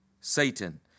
Satan